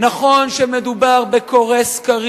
נכון שמדובר בראש ממשלה